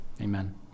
Amen